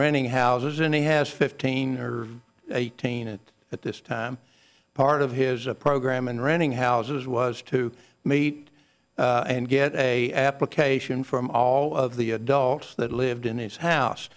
running houses and he has fifteen or eighteen at this time part of his a program and renting houses was to meet and get a application from all of the adults that lived in these house